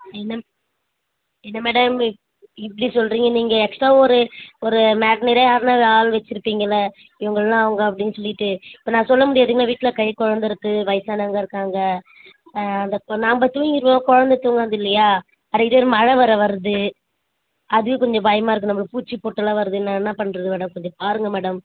என்ன என்ன மேடம் இப் இப்படி சொல்லுறீங்க நீங்கள் எக்ஸ்ட்ரா ஒரு ஒரு மேட்னறியா யார்னால் ஆள் வச்சிருப்பீங்கள்ல இவங்கள்லாம் அவங்க அப்படின்னு சொல்லிவிட்டு இப்போ நான் சொல்ல முடியாதுங்க வீட்டில் கைக்குழந்த இருக்குது வயசானவங்கள் இருக்காங்க அந்த நாம்ப தூங்கிடுவோம் குழந்த தூங்காது இல்லையா அடிக்கடி மழை வேற வருது அதுவே கொஞ்சம் பயமாக இருக்குது நம்மளுக்கு பூச்சி பொட்டெல்லாம் வருது நான் என்ன பண்ணுறது மேடம் கொஞ்சம் பாருங்கள் மேடம்